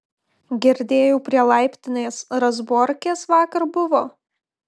girdėjau prie laiptinės razborkės vakar buvo